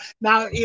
Now